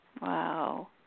Wow